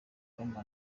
roma